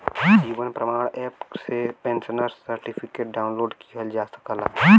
जीवन Pramaan app से pensioner certificate download किहल जा सकला